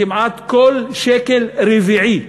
כמעט כל שקל רביעי,